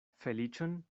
feliĉon